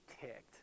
ticked